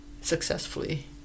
successfully